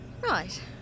right